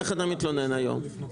איך אתה מתלונן היום?